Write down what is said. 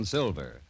Silver